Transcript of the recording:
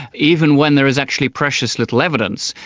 even when there is actually precious little evidence.